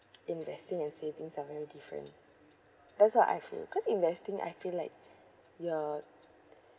investing and savings are very different that's what I feel cause investing I feel like ya